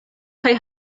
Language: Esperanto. kaj